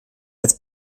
als